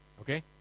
Okay